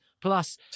Plus